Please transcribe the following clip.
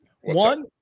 One